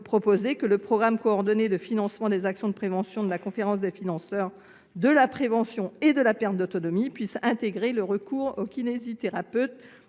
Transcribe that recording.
que le programme coordonné de financement des actions de prévention défini chaque année par la commission des financeurs de la prévention de la perte d’autonomie puisse intégrer le recours aux kinésithérapeutes.